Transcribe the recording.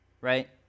Right